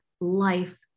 life